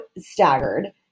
staggered